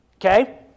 okay